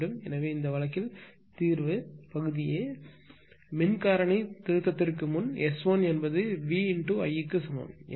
எனவே இந்த வழக்கில் தீர்வு பகுதி a மின் காரணி திருத்தத்திற்கு முன் S1 என்பது V × I க்கு சமம் எனவே 2